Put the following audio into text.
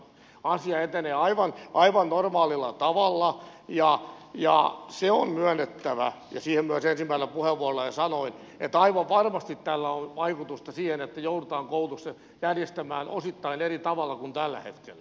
asia etenee aivan normaalilla tavalla ja se on myönnettävä ja sitä myös ensimmäisessä puheenvuorossa jo sanoin että aivan varmasti tällä on vaikutusta siihen että joudutaan koulutus järjestämään osittain eri tavalla kuin tällä hetkellä